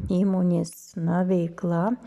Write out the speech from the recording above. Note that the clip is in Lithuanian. įmonės na veikla